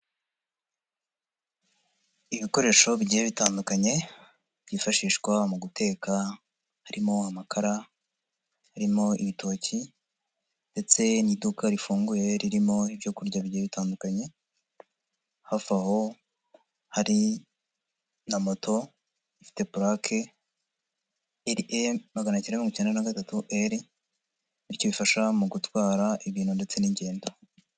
Ibikoresho bigiye bitandukanye, byifashishwa mu guteka harimo amakara, harimo ibitoki ndetse ni iduka rifunguye ririmo ibyo kurya bigiye bitandukanye, hafi aho hari na moto ifite purake RE magana cyenda mirongo icyenda na gatatu L bityo bifasha mu gutwara ibintu ndetse n'ingendo.